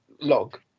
log